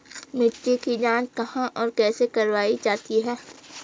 मिट्टी की जाँच कहाँ और कैसे करवायी जाती है?